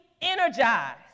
energized